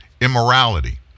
immorality